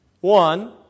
one